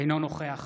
אינו נוכח